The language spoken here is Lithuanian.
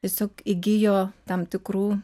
tiesiog įgijo tam tikrų